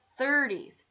30s